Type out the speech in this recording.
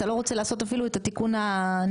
אתה לא רוצה לעשות אפילו את התיקון הניסוחי?